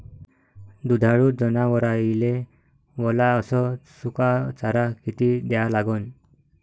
दुधाळू जनावराइले वला अस सुका चारा किती द्या लागन?